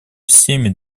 всеми